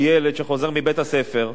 או ילד שחוזר מבית-הספר,